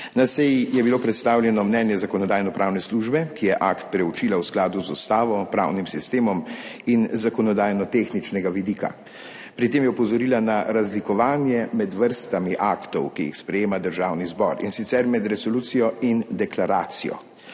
Na seji je bilo predstavljeno mnenje Zakonodajno-pravne službe, ki je akt preučila v skladu z Ustavo, pravnim sistemom in zakonodajno tehničnega vidika. Pri tem je opozorila na razlikovanje med vrstami aktov, ki jih sprejema Državni zbor, in sicer med resolucijo in deklaracijo.